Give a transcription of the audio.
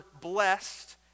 blessed